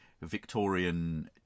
Victorian